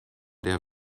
der